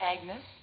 Agnes